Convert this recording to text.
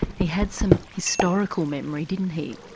he had some historical memory didn't he?